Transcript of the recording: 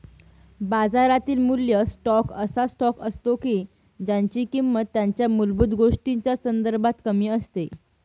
बाजारातील मूल्य स्टॉक असा स्टॉक असतो की ज्यांची किंमत त्यांच्या मूलभूत गोष्टींच्या संदर्भात कमी असते